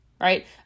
right